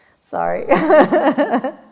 Sorry